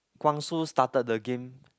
Kwang-Soo started the game